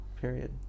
period